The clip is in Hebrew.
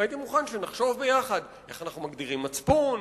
והייתי מוכן שנחשוב ביחד איך אנחנו מגדירים מצפון,